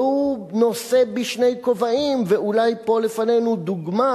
והוא נושא בשני כובעים ואולי פה לפנינו דוגמה